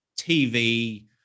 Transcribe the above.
TV